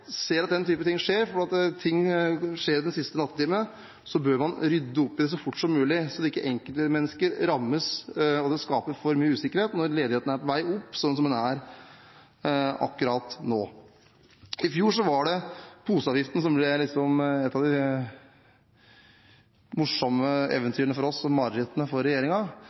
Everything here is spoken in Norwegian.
ser at den typen ting skjer, fordi ting skjer i de siste nattetimene, bør man rydde opp i det så fort som mulig, sånn at ikke enkeltmennesker rammes og det skapes for mye usikkerhet når ledigheten er på vei opp, som den er akkurat nå. I fjor var det poseavgiften som ble et av de morsomme eventyrene for oss og marerittene for